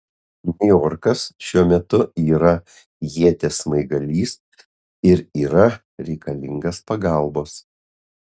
niujorkas šiuo metu yra ieties smaigalys ir yra reikalingas pagalbos